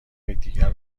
یکدیگر